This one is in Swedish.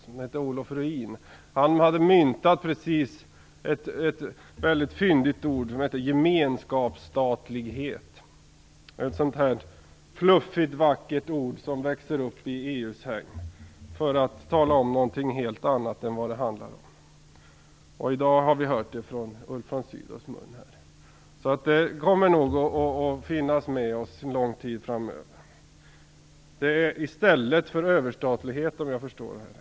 Han hette Olof Ruin och hade precis myntat ett väldigt fyndigt ord: gemenskapsstatlighet. Det är just ett sådant här fluffigt, vackert ord som växer upp i EU:s hägn och som säger någonting helt annat än vad det handlar om. I dag har vi hört det från Björn von Sydows mun, så det kommer nog att finnas med oss under lång tid framöver. Det används i stället för överstatlighet, om jag har förstått det rätt.